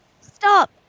stop